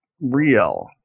real